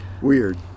weird